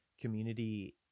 community